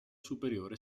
superiore